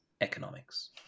economics